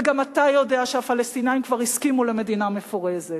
וגם אתה יודע שהפלסטינים כבר הסכימו למדינה מפורזת